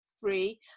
free